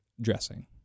dressing